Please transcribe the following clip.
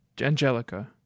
Angelica